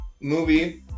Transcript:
movie